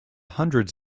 hundreds